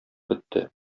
бетте